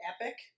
epic